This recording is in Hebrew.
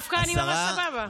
אני דווקא ממש סבבה.